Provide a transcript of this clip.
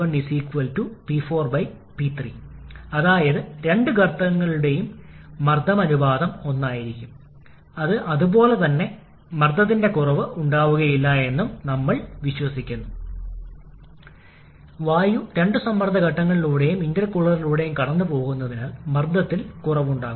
അതിനാൽ നമ്മൾ ആദ്യം 1 മുതൽ 2 സെ വരെ പ്രക്രിയ പിന്തുടരുന്നു ഇവിടെ സമ്മർദ്ദങ്ങൾ കാണിച്ചിട്ടില്ല ഇത് P1 ആണെന്നും ഈ സമ്മർദ്ദ നില P2 ആണെന്നും ഈ സമ്മർദ്ദ നില ചില ഇന്റർമീഡിയറ്റ് P3 ആണെന്നും പറയാം